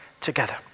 together